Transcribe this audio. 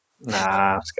Nah